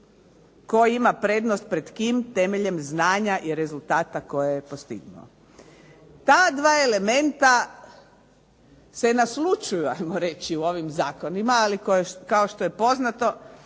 tko ima prednost pred kim temeljem znanja i rezultata koje postiglo. Ta dva elementa se naslućuju hajmo reći u ovim zakonima, ali kao što je poznato